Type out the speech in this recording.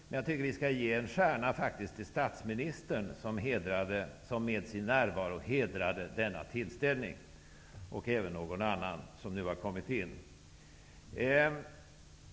Men vi skall ge en stjärna till statsministern, som med sin närvaro har hedrat denna tillställning, och även till några andra som varit här.